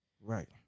Right